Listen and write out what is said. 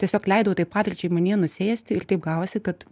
tiesiog leidau tai patirčiai manyje nusėsti ir taip gavosi kad